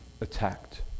attacked